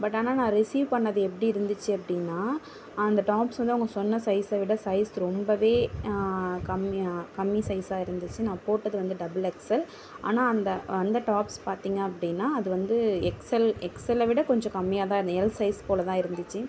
but ஆனால் நான் receive பண்ணது எப்படி இருந்துச்சு அப்படின்னா அந்த டாப்ஸ் வந்து அவங்க சொன்ன சைஸ்ஸை விட சைஸ் ரொம்பவே கம்மியாக கம்மி சைஸாக இருந்துச்சு நான் போட்டது வந்து டபுள் எக்ஸ்எல் ஆனால் அந்த வந்த டாப்ஸ் பார்த்திங்க அப்படினா அது வந்து எக்ஸ்எல் எக்ஸ்எலில் விட கொஞ்சம் கம்மியாக தான் இருந்துது எல் சைஸ் போல் தான் இருந்துச்சு